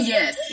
Yes